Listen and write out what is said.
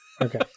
Okay